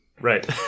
Right